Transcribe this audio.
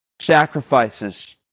sacrifices